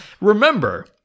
Remember